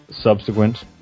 subsequent